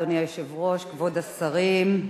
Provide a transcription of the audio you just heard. אדוני היושב-ראש, כבוד השרים,